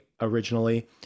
originally